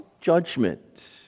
judgment